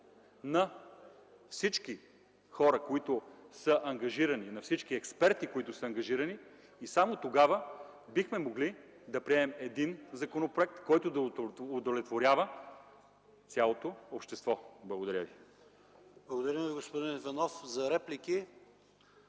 на всички хора, които са ангажирани – на всички експерти, които са ангажирани, и само тогава бихме могли да приемем един законопроект, който да удовлетворява цялото общество. Благодаря ви. ПРЕДСЕДАТЕЛ ПАВЕЛ ШОПОВ: Благодаря Ви, господин Иванов. Реплики?